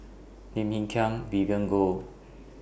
Lim Hng Kiang Vivien Goh